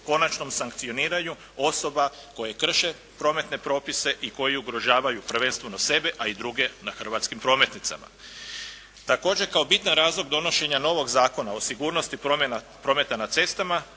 konačnom sankcioniranju osoba koje krše prometne propise i koji ugrožavaju prvenstveno sebe a i druge na hrvatskim prometnicama. Također kao bitan razlog donošenja novog Zakona o sigurnosti prometa na cestama